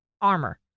armor